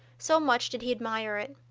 so much did he admire it.